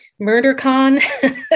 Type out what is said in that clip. MurderCon